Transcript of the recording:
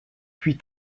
puis